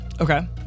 Okay